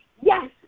yes